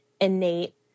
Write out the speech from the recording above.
innate